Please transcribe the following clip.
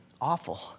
awful